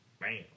bam